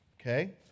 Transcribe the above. Okay